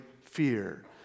fear